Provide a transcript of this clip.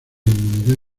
inmunidad